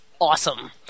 awesome